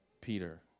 Peter